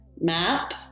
map